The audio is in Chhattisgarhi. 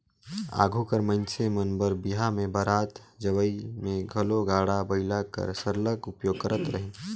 आघु कर मइनसे मन बर बिहा में बरात जवई में घलो गाड़ा बइला कर सरलग उपयोग करत रहिन